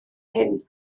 hyn